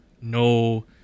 no